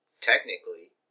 technically